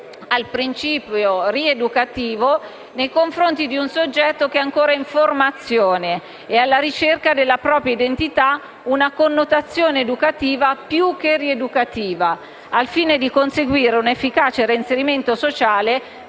al principio rieducativo nei confronti di un soggetto che è ancora in formazione ed alla ricerca della propria identità, una connotazione educativa più che rieducativa», al fine di conseguire un efficace reinserimento sociale